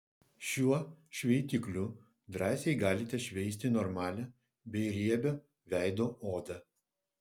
šiuo šveitikliu drąsiai galite šveisti normalią bei riebią veido odą